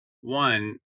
one